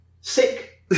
sick